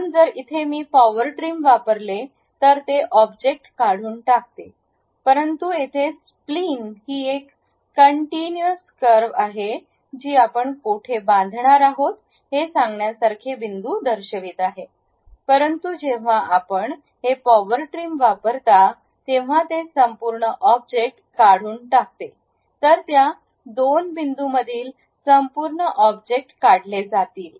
म्हणून जर इथे मी पॉवर ट्रिम वापरले तर ते ऑब्जेक्ट काढून टाकते परंतु येथे स्प्लिन ही एक कंटीन्यूअस कर्व आहे जी आपण कोठे बांधणार आहोत हे सांगण्यासारखे बिंदू दर्शवित आहे परंतु जेव्हा आपण हे पॉवर ट्रिम वापरता तेव्हा ते संपूर्ण ऑब्जेक्ट काढून टाकते तर त्या दोन बिंदूंमधील संपूर्ण ऑब्जेक्ट काढले जातील